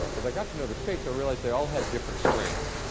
as i got to know the states i realized they all had different strengths,